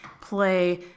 play